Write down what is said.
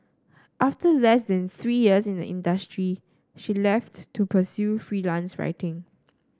after less than three years in the industry she left to pursue freelance writing